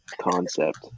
concept